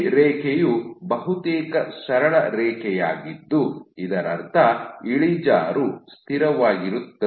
ಈ ರೇಖೆಯು ಬಹುತೇಕ ಸರಳ ರೇಖೆಯಾಗಿದ್ದು ಇದರರ್ಥ ಇಳಿಜಾರು ಸ್ಥಿರವಾಗಿರುತ್ತದೆ